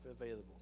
available